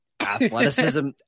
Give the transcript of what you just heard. Athleticism